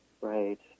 Right